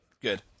good